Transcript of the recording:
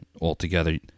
altogether